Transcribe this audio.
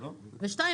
והשני,